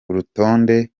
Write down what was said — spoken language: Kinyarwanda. urutonde